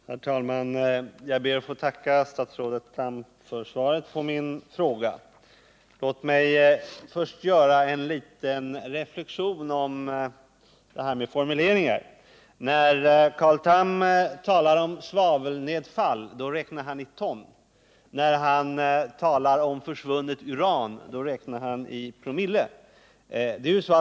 Herr talman! Jag ber att få tacka statsrådet Tham för svaret på min fråga. Låt mig först göra en liten reflexion om detta med formuleringar. När Carl Tham talar om svavelnedfall räknar han i ton. När han talar om försvunnet uran räknar han i promille.